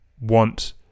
want